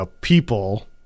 people